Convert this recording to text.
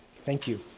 thank you.